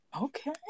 okay